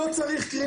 לא צריך קרינה.